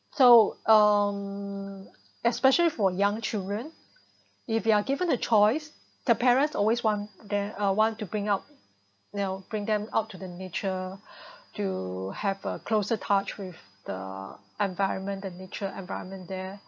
so um especially for young children if you are given a choice the parents always want them uh want to bring out know bring them out to the nature to have a closer touch with the environment the nature environment there